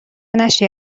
نشی